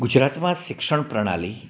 ગુજરાતીમાં શિક્ષણપ્રણાલી